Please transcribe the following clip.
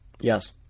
Yes